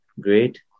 Great